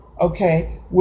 okay